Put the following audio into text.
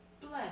bless